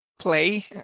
play